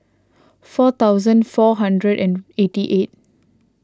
four thousand four hundred and eighty eight